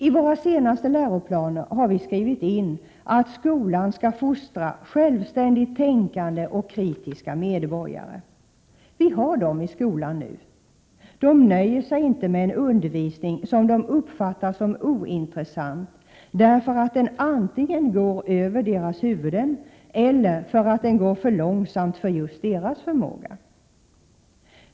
I våra senaste läroplaner har vi skrivit in att skolan skall fostra självständigt tänkande och kritiska medborgare. Vi har dem i skolan nu. De nöjer sig inte med en undervisning som de uppfattar som ointressant därför att den antingen går över deras huvuden eller går för långsamt fram för just deras förmåga.